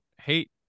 hate